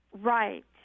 Right